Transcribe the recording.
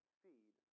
feed